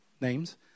names